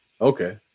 Okay